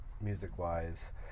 music-wise